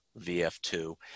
VF2